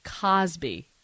Cosby